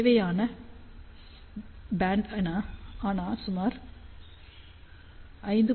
தேவையான பேண்ட் ஆன சுமார் 5